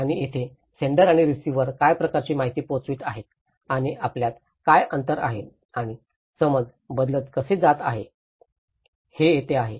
आणि तेथेच सेण्डर आणि रिसिव्हर काय प्रकारची माहिती पोहोचत आहेत आणि आपल्यात काय अंतर आहे आणि समज बदलत कसे आहे ते येथे आहे